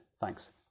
Thanks